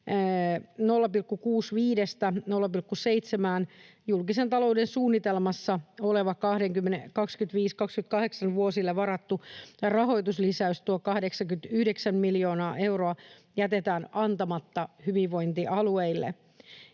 0,7:ään julkisen talouden suunnitelmassa oleva vuosille 2025—2028 varattu rahoituslisäys, tuo 89 miljoonaa euroa, jätetään antamatta hyvinvointialueille.